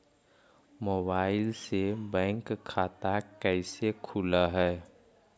Mobile से bank खाता कैसे खुल है?